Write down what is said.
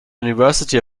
university